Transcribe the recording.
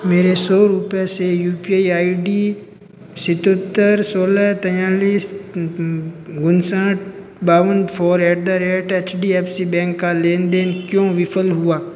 मेरे सौ रुपये से U P I I D सतहत्तर सोलह तैन्तालीस उनसठ बावन four eight the rate H D F C bank का लेनदेन क्यों विफ़ल हुआ